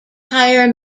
higher